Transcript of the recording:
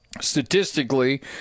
statistically